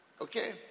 Okay